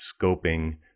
scoping